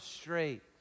straight